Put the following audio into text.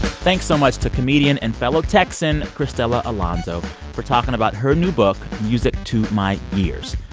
thanks so much to comedian and fellow texan cristela alonzo for talking about her new book, music to my years.